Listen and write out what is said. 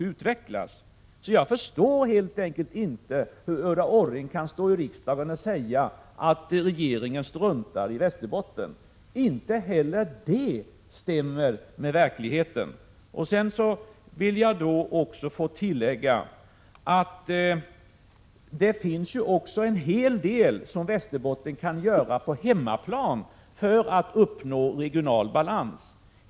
Jag förstår helt enkelt inte hur Ulla Orring kan stå här i riksdagen och säga att regeringen struntar i Västerbotten. Inte heller det stämmer med verkligheten. Jag vill tillägga att det finns en hel del som man i Västerbotten kan göra själv på hemmaplan för att uppnå regional balans.